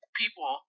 people